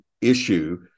issue